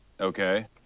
Okay